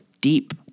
deep